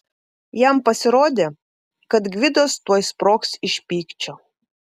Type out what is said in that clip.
jam pasirodė kad gvidas tuoj sprogs iš pykčio